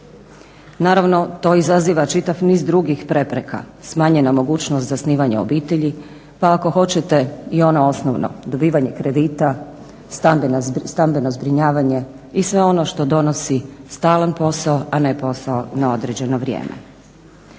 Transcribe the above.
Naravno, to izaziva čitav niz drugih prepreka: smanjena mogućnost zasnivanja obitelji, pa ako hoćete i ono osnovno, dobivanje kredita, stambeno zbrinjavanje i sve ono što donosi stalan posao, a ne posao na određeno vrijeme.